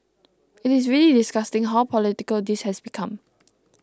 it is really disgusting how political this has become